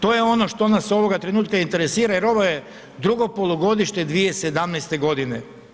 To je ono što nas ovoga trenutka interesira jer ovo je drugo polugodište 2017. godine.